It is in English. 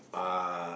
uh